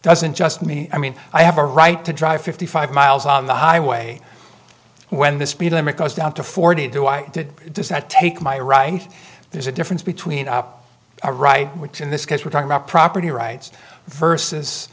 doesn't just mean i mean i have a right to drive fifty five miles on the highway when the speed limit goes down to forty two i did not take my right there's a difference between up right which in this case we're talking about property rights v